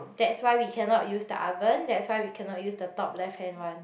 that's why we cannot use the oven that's why we cannot use the top left hand one